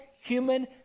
human